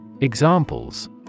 Examples